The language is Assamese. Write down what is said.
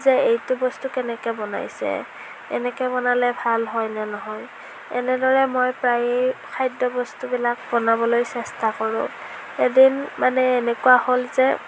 যে এইটো বস্তু কেনেকৈ বনাইছে এনেকৈ বনালে ভাল হয় নে নহয় এনেদৰে মই প্ৰায়েই খাদ্যবস্তুবিলাক বনাবলৈ চেষ্টা কৰোঁ এদিন মানে এনেকুৱা হ'ল যে